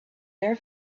their